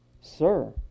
Sir